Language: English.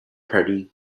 party